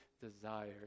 desire